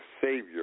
Savior